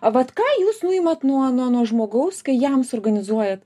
vat ką jūs nuimat nuo nuo nuo žmogaus kai jam suorganizuojat